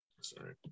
Sorry